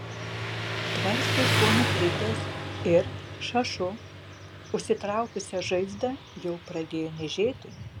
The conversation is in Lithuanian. tvarstis buvo nukritęs ir šašu užsitraukusią žaizdą jau pradėjo niežėti